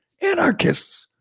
Anarchists